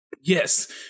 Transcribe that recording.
Yes